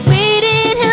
Waiting